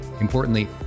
importantly